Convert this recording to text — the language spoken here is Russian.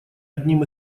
одним